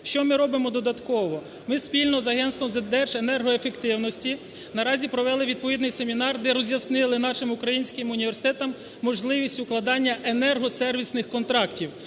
Що ми робимо додатково? Ми спільно з Агентством з держенергоефективності наразі провели відповідний семінар, де роз'яснили нашим українським університетам можливість укладання енергосервісних контрактів,